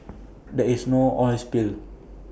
there is no oil spill